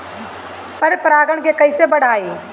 पर परा गण के कईसे बढ़ाई?